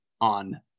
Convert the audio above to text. on